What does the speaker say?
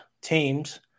teams